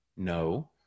No